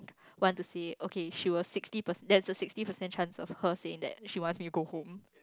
want to see it ok she will sixty percent there's a sixty percentage chance of her saying that she wants me to go home